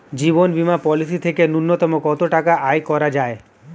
জীবন বীমা পলিসি থেকে ন্যূনতম কত টাকা আয় করা যায়?